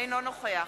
אינו נוכח